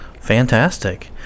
Fantastic